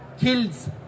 kills